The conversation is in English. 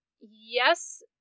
yes